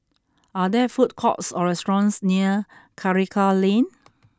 are there food courts or restaurants near Karikal Lane